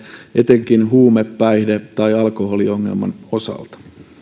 etenkin huume päihde tai alkoholiongelman osalta